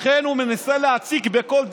לכן הוא מנסה להציג בכל דרך,